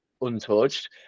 untouched